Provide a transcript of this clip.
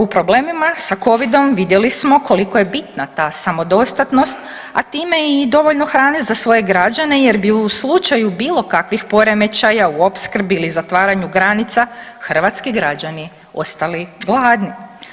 U problemima sa Covidom vidjeli smo koliko je bitna ta samodostatnost, a time i dovoljno hrane za svoje građane jer bi u slučaju bilo kakvih poremećaja u opskrbi ili zatvaranju granica hrvatski građani ostali gladni.